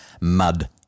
mud